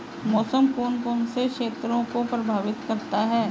मौसम कौन कौन से क्षेत्रों को प्रभावित करता है?